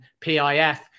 PIF